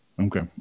Okay